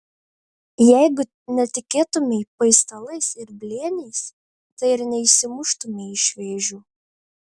jeigu netikėtumei paistalais ir blėniais tai ir neišsimuštumei iš vėžių